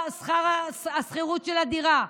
השכירות של הדירה,